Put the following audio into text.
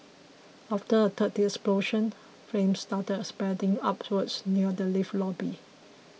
after a third explosion flames started spreading upwards near the lift lobby